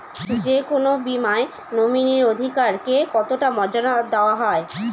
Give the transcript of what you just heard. যে কোনো বীমায় নমিনীর অধিকার কে কতটা মর্যাদা দেওয়া হয়?